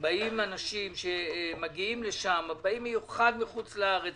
מגיעים לשם אנשים במיוחד מחוץ לארץ.